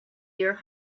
your